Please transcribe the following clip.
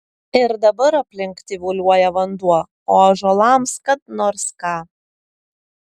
ir dabar aplink tyvuliuoja vanduo o ąžuolams kad nors ką